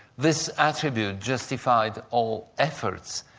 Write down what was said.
this attribute justified all efforts,